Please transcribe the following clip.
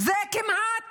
זה כמעט